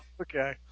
okay